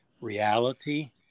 reality